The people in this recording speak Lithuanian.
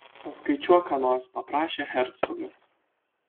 paskaičiuok ką nors paprašė hercogas